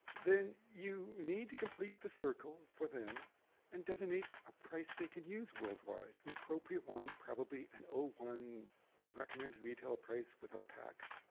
then you need to complete the circle for them and designate a price they can use worldwide. an appropriate one. probably an one recommended retail price without tax.